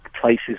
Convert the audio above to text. places